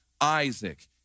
Isaac